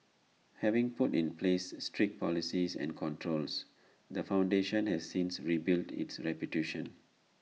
having put in place strict policies and controls the foundation has since rebuilt its reputation